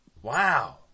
Wow